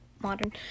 modern